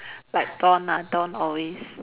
like dawn ah dawn always